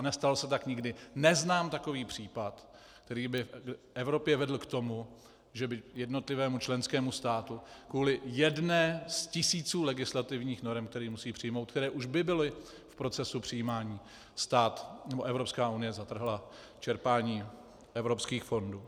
Nestalo se tak nikdy, neznám takový případ, který by v Evropě vedl k tomu, že by jednotlivému členskému státu kvůli jedné z tisíců legislativních norem, které musí přijmout, které by už byly v procesu přijímání, Evropská unie zatrhla čerpání evropských fondů.